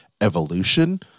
evolution